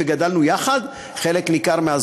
וגדלנו יחד,